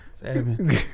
Seven